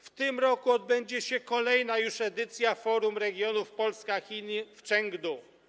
W tym roku odbędzie się kolejna już edycja Forum Regionów Polska-Chiny w Chengdu.